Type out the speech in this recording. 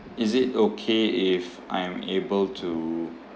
is it okay if I'm able to